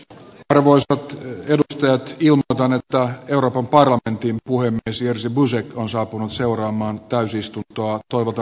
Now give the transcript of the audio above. te arvois tai ketjun kannattaa euroopan parlam tin puhe esiasennus on saapunut seuraamaan täysistun toa toivota